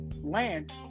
Lance